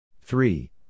three